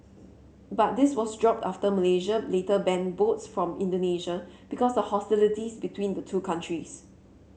but this was dropped after Malaysia later banned boats from Indonesia because of hostilities between the two countries